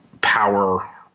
power